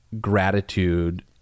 gratitude